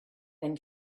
then